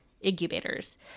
incubators